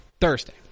Thursday